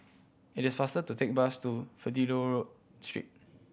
it is faster to take the bus to Fidelio Street